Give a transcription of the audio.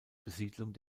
besiedelung